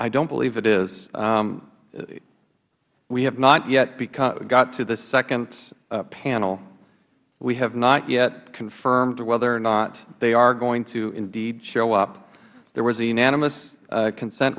i don't believe it is we have not yet got to the second panel we have not yet confirmed whether or not they are going to indeed show up there was a unanimous consent